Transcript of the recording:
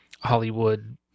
Hollywood